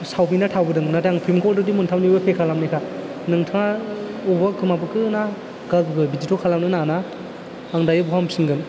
चावमिना थाबोदों नाथाय आं पेमेन्टखौ अलरिडि मोनथामनिबो पे खालामनायखा नोंथाङा अबा खोमाबोखो ना गागो बिदिथ' खालामनो नाङाना आं दायो बहा मोनफिनगोन